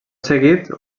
seguit